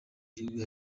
igihugu